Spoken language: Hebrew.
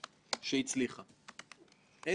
במקומות שנתפסו על ידי המפקחת,